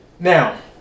Now